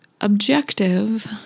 objective